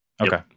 Okay